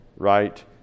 right